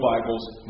Bibles